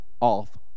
off